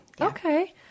Okay